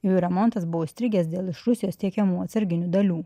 jų remontas buvo įstrigęs dėl iš rusijos tiekiamų atsarginių dalių